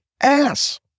ass